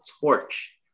torch